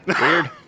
Weird